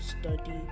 study